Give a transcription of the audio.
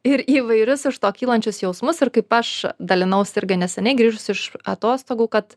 ir įvairius iš to kylančius jausmus ir kaip aš dalinausi irgi neseniai grįžusi iš atostogų kad